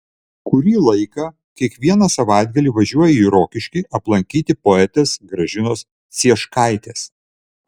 kurį laiką kiekvieną savaitgalį važiuoju į rokiškį aplankyti poetės gražinos cieškaitės